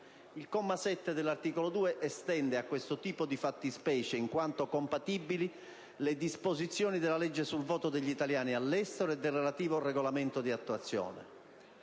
Il comma 7 dell'articolo 2 estende a questo tipo di fattispecie, in quanto compatibili, le disposizioni della legge sul voto degli italiani all'estero e del relativo regolamento di attuazione.